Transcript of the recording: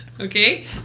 okay